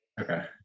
Okay